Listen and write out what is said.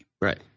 Right